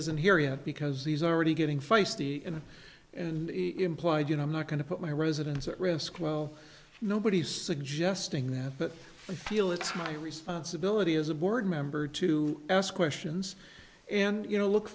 isn't here yet because these are already getting feisty and in implied you know i'm not going to put my residence at risk well nobody's suggesting that but i feel it's my responsibility as a board member to ask questions and you know look